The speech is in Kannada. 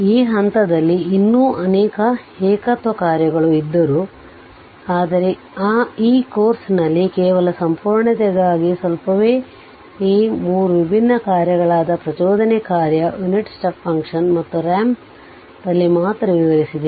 ಈ ಹಂತದಲ್ಲಿ ಇನ್ನೂ ಅನೇಕ ಏಕತ್ವ ಕಾರ್ಯಗಳು ಇದ್ದರೂ ಆದರೆ ಈ ಕೋರ್ಸ್ನಲ್ಲಿ ಕೇವಲ ಸಂಪೂರ್ಣತೆಗಾಗಿ ಸ್ವಲ್ಪವೇ ಈ 3 ವಿಭಿನ್ನ ಕಾರ್ಯಗಳಾದ ಪ್ರಚೋದನೆ ಕಾರ್ಯ ಯುನಿಟ್ ಸ್ಟೆಪ್ ಫಂಕ್ಷನ್ ಮತ್ತು ರಾಂಪ್ ದಲ್ಲಿ ಮಾತ್ರ ವಿವರಿಸಿದೆ